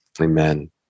Amen